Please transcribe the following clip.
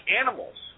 animals